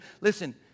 listen